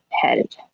head